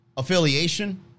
affiliation